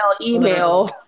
email